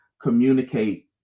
communicate